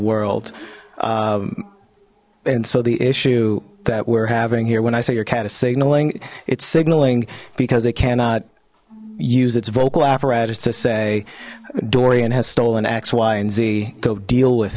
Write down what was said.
world and so the issue that we're having here when i say your cat is signaling it's signaling because it cannot use its vocal apparatus to say dorian has stolen x y and z go deal with